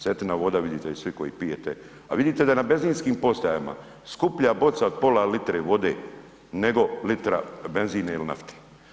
Cetina voda vidite ju svi koji pijete, a vidite na benzinskim postajama skuplja boca od pola litre vode nego litra benzina ili nafte.